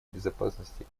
безопасности